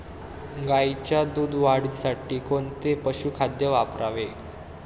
गाईच्या दूध वाढीसाठी कोणते पशुखाद्य वापरावे?